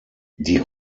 die